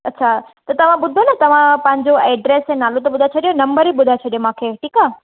अच्छा त तव्हां ॿुधो ना तव्हां पंहिंजो एड्रैस ऐं नालो त ॿुधाए छॾियो नंबर बि ॿुधाए छॾियो मूंखे ठीकु आहे